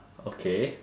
okay